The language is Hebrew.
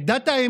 את דת האמת